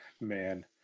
Man